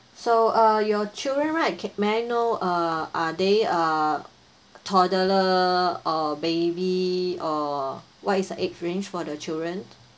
so uh your children right c~ may I know uh are they uh toddler or baby or what is the age range for the children